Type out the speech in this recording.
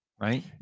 right